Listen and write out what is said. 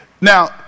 Now